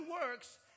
works